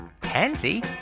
Pansy